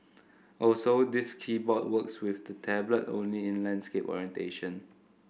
also this keyboard works with the tablet only in landscape orientation